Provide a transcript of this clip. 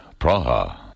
Praha